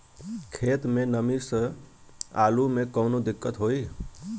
खेत मे नमी स आलू मे कऊनो दिक्कत होई?